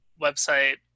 website